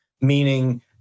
Meaning